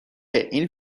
این